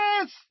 yes